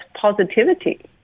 positivity